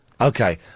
Okay